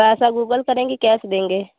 पैसा गूगल करेंगे कि कैश देंगे